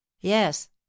yes